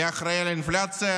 מי אחראי לאינפלציה?